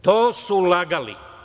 To su lagali.